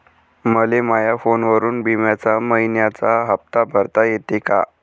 मले माया फोनवरून बिम्याचा मइन्याचा हप्ता भरता येते का?